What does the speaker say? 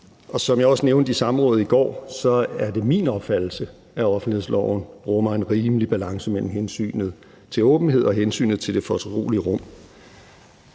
Som jeg også nævnte i samrådet i går, er det min opfattelse, at offentlighedsloven rummer en rimelig balance imellem hensynet til åbenhed og hensynet til det fortrolige rum.